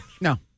No